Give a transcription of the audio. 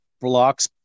blocks